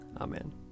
Amen